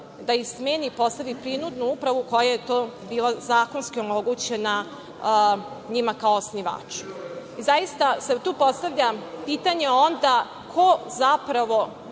da ih smeni i postavi prinudnu upravu, pa je to bila zakonski omogućena njima kao osnivaču. Onda se tu postavlja pitanje – ko zapravo